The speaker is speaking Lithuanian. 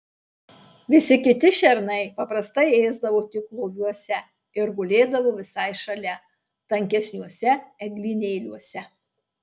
visi kiti šernai paprastai ėsdavo tik loviuose ir gulėdavo visai šalia tankesniuose eglynėliuose